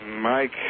Mike